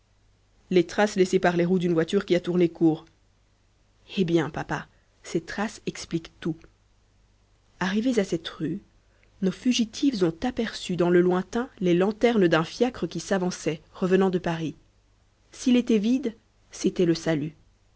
les traces laissées par les roues d'une voiture qui a tourné court eh bien papa ces traces expliquent tout arrivées à cette rue nos fugitives ont aperçu dans le lointain les lanternes d'un fiacre qui s'avançait revenant de paris s'il était vide c'était le salut